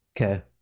okay